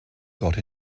got